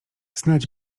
znać